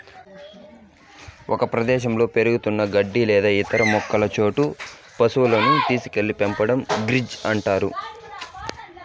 ఒక ప్రదేశంలో పెరుగుతున్న గడ్డి లేదా ఇతర మొక్కలున్న చోట పసువులను తీసుకెళ్ళి మేపడాన్ని గ్రేజింగ్ అంటారు